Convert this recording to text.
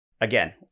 again